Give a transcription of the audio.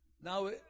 now